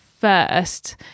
first